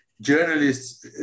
Journalists